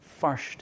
first